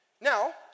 Now